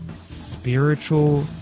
Spiritual